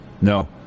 no